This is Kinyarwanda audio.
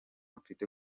mfite